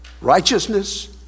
Righteousness